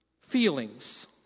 feelings